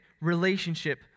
relationship